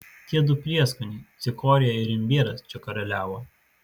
tie du prieskoniai cikorija ir imbieras čia karaliavo